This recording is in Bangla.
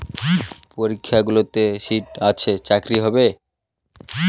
পরীক্ষাগুলোতে সিট আছে চাকরি হবে